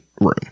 room